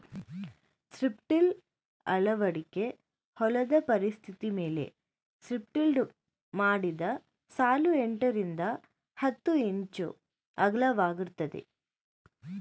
strip till ಅಳವಡಿಕೆ ಹೊಲದ ಪರಿಸ್ಥಿತಿಮೇಲೆ ಸ್ಟ್ರಿಪ್ಟಿಲ್ಡ್ ಮಾಡಿದ ಸಾಲು ಎಂಟರಿಂದ ಹತ್ತು ಇಂಚು ಅಗಲವಾಗಿರ್ತದೆ